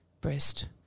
breast